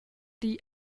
digl